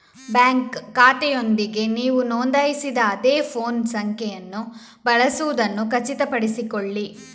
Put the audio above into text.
bank ಖಾತೆಯೊಂದಿಗೆ ನೀವು ನೋಂದಾಯಿಸಿದ ಅದೇ ಫೋನ್ ಸಂಖ್ಯೆಯನ್ನು ಬಳಸುವುದನ್ನು ಖಚಿತಪಡಿಸಿಕೊಳ್ಳಿ